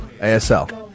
ASL